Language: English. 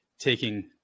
taking